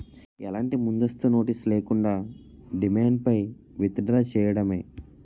ఎలాంటి ముందస్తు నోటీస్ లేకుండా, డిమాండ్ పై విత్ డ్రా చేయడమే